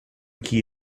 key